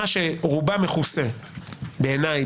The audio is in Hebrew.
רובה מכוסה בעיניי,